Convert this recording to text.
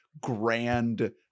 grand